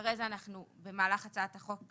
ואחרי זה אנחנו במהלך הצעת החוק,